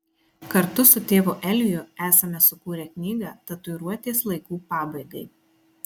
kartu su tėvu eliju esame sukūrę knygą tatuiruotės laikų pabaigai